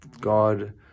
God